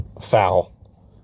foul